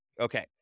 Okay